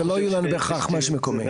ולא בהכרח משהו מקומי.